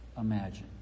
imagine